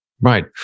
Right